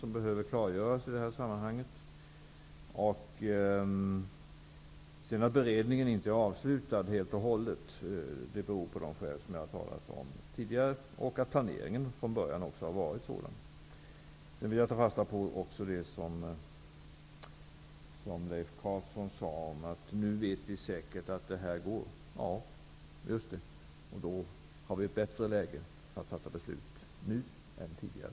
Jag har tidigare talat om skälen för att beredningen inte är helt avslutad. Planeringen var också från början sådan. Jag vill också ta fasta på att Leif Carlson sade att vi nu vet säkert att det här går. Det är helt riktigt, och därför är vi nu i ett bättre läge att fatta beslut än tidigare.